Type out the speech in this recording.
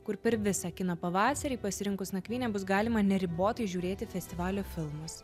kur per visą kino pavasarį pasirinkus nakvynę bus galima neribotai žiūrėti festivalio filmus